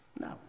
No